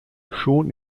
schon